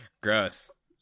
gross